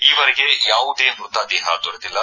ಈವರೆಗೆ ಯಾವುದೇ ಮೃತ ದೇಹ ದೊರೆತಿಲ್ಲ